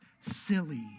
silly